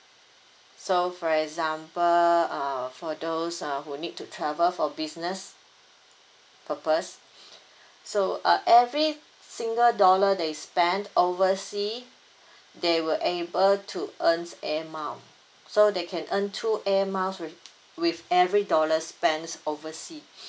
so for example uh for those uh who need to travel for business purpose so uh every single dollar they spend overseas they will able to earn Air Miles so they can earn two Air Miles with with every dollar spends overseas